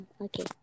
okay